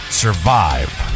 survive